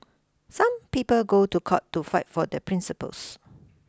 some people go to court to fight for their principles